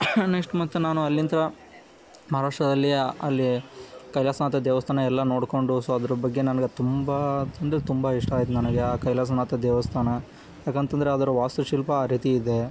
next ಮತ್ತೆ ನಾನು ಅಲ್ಲಿಂದ ಮಹಾರಾಷ್ಟ್ರದಲ್ಲಿ ಅಲ್ಲಿ ಕೈಲಾಸನಾಥ ದೇವಸ್ಥಾನ ಎಲ್ಲ ನೋಡಿಕೊಂಡು ಸೊ ಅದ್ರ ಬಗ್ಗೆ ನನಗೆ ತುಂಬ ಅಂದರೆ ತುಂಬ ಇಷ್ಟ ಆಯ್ತು ನನಗೆ ಆ ಕೈಲಾಸನಾಥ ದೇವಸ್ಥಾನ ಯಾಕಂತ ಅಂದ್ರೆ ಅದರ ವಾಸ್ತುಶಿಲ್ಪ ಆ ರೀತಿ ಇದೆ